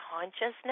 consciousness